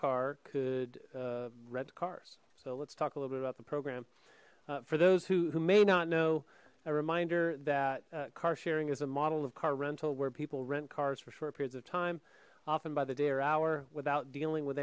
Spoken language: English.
zipcar could read cars so let's talk a little bit about the program for those who may not know a reminder that car sharing is a model of car rental where people rent cars for short periods of time often by the day or hour without dealing with